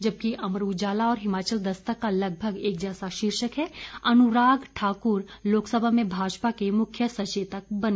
जबकि अमर उजाला और हिमाचल दस्तक का लगभग एक जैसा शीर्षक है अनुराग ठाकुर लोकसभा में भाजपा के मुख्य सचेतक बने